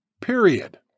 period